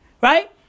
right